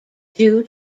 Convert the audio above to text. due